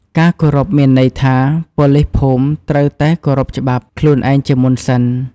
ការគោរពមានន័យថា ប៉ូលីសភូមិត្រូវតែ គោរពច្បាប់ ខ្លួនឯងជាមុនសិន។